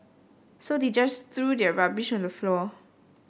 so they just threw their rubbish on the floor